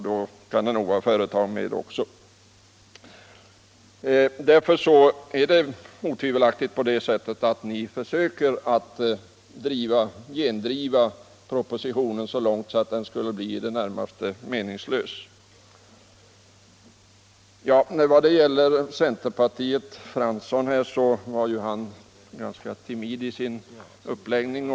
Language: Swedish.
Då kan det nog vara företag med bland dessa givare också. Därför försöker ni otvivelaktigt motarbeta propositionens förslag så långt att det skulle bli i det närmaste meningslöst. Herr Fransson från centerpartiet var ganska timid i sitt inlägg.